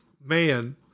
man